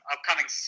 Upcoming